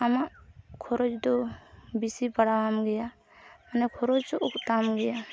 ᱟᱢᱟᱜ ᱠᱷᱚᱨᱚᱪ ᱫᱚ ᱵᱤᱥᱤ ᱯᱟᱲᱟᱣᱟᱢ ᱜᱮᱭᱟ ᱢᱟᱱᱮ ᱠᱷᱚᱨᱚᱪᱚᱜ ᱛᱟᱢ ᱜᱮᱭᱟ